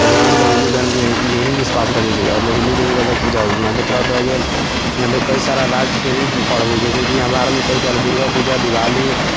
अधिकांश लोक हिन्दू धर्ममे ही विश्वास रखै छै आओर लोग हिन्दू देवी देवताके ही पूजा होइ छै यहाँपर थोड़ा उतराके यहाँपर कई सारा राज्यके भी पर्व हइ जैसेकि यहाँ भारतमे कई सारा दुर्गा पूजा दिवाली